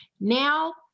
Now